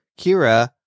Kira